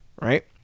Right